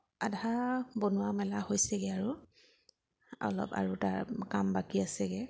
আধা বনোৱা মেলা হৈছেগৈ আৰু অলপ আৰু তাৰ কাম বাকী আছেগৈ